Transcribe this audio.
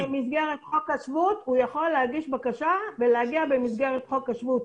מי שרוצה להגיע במסגרת חוק השבות,